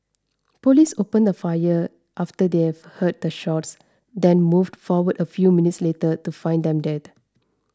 police opened fire after they have heard the shots then moved forward a few minutes later to find them dead